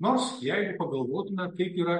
nors jeigu pagalvotume kaip yra